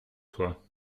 toi